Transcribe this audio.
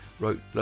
wrote